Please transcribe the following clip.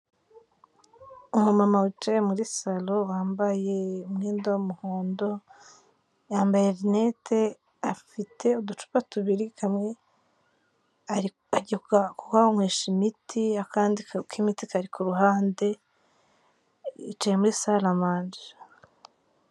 Umu mama wicaye muri saro wambaye umwenda w'umuhondo, yambaye rinete, afite uducupa tubiri, kamwe agiye kukanywesha imiti, akandi k'imiti kari ku ruhande, yicaye muri saramanje.